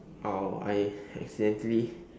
oh I accidentally